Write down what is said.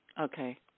Okay